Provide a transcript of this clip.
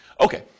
Okay